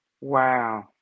wow